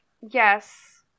yes